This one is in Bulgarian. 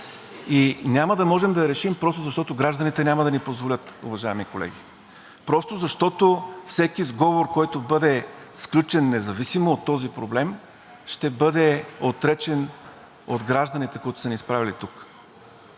и няма да можем да я решим просто защото гражданите няма да ни позволят, уважаеми колеги, просто защото всеки сговор, който бъде сключен, независимо от този проблем, ще бъде отречен от гражданите, които са ни изпратили тук,